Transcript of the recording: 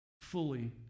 fully